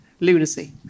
Lunacy